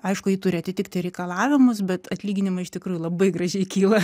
aišku ji turi atitikti reikalavimus bet atlyginimai iš tikrųjų labai gražiai kyla